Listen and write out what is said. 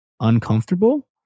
uncomfortable